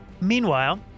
Meanwhile